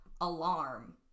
alarm